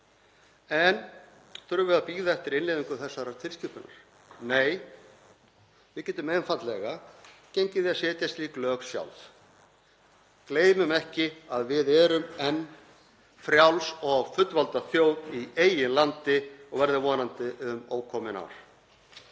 En þurfum við að bíða eftir innleiðingu þessarar tilskipunar? Nei, við getum einfaldlega gengið í að setja slík lög sjálf. Gleymum ekki að við erum enn frjáls og fullvalda þjóð í eigin landi og verðum vonandi um ókomin ár.